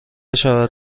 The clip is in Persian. شود